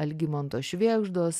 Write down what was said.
algimanto švėgždos